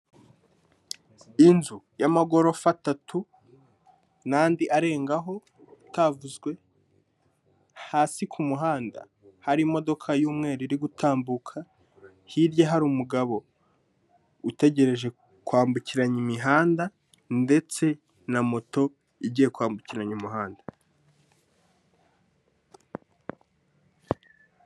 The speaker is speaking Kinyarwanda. Inzu y'amagorofa atatu n'andi arengaho atavuzwe, hasi ku muhanda hari imodoka y'umweru iri gutambuka, hirya hari umugabo utegereje kwambukiranya umuhanda ndetse na moto igiye kwambukiranya umuhanda.